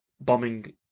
bombing